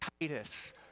Titus